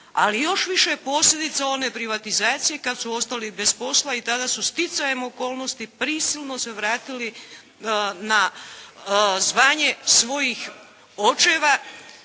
i još više posljedica one privatizacije kad su ostali bez posla i tada su sticajem okolnosti prisilno se vratili na zvanje svojih očeva.